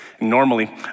Normally